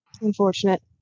Unfortunate